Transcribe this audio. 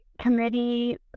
committee